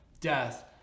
death